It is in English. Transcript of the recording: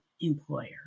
employer